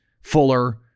Fuller